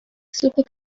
super